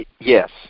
Yes